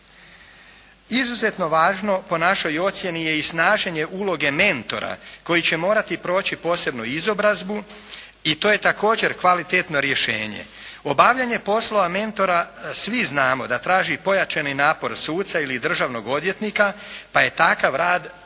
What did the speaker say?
Izuzetno važno po našoj ocjeni je i snaženje uloge mentora koji će morati proći posebnu izobrazbu i to je također kvalitetno rješenje. Obavljanje poslova mentora svi znamo da traži pojačani napor suca ili državnog odvjetnika pa je takav rad onda